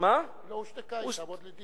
היא לא הושתקה, היא תעמוד לדין.